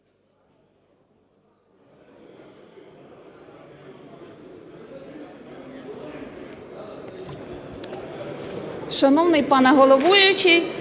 Шановний пане головуючий,